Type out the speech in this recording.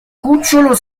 cucciolo